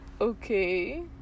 Okay